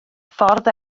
ffordd